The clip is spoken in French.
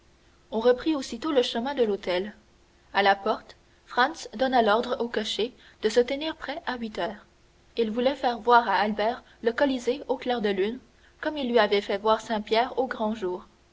on reprit aussitôt le chemin de l'hôtel à la porte franz donna l'ordre au cocher de se tenir prêt à huit heures il voulait faire voir à albert le colisée au clair de lune comme il lui avait fait voir saint-pierre au grand jour